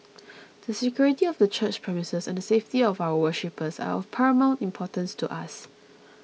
the security of the church premises and the safety of our worshippers are of paramount importance to us